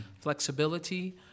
flexibility